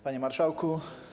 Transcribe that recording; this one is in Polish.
Panie Marszałku!